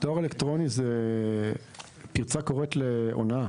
דואר אלקטרוני זה פרצה קוראת להונאה.